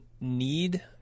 need